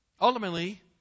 Ultimately